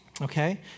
Okay